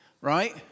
right